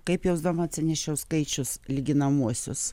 kaip jausdama atsinešiau skaičius lyginamuosius